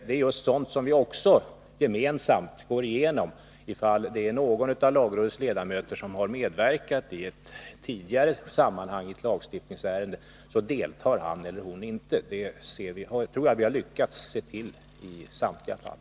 Det är sådant som vi gemensamt går igenom — om någon av lagrådets ledamöter har medverkat i ett tidigare skede av ett lagstiftningsärende deltar han eller hon inte. Det tror jag att vi har lyckats se till i samtliga fall.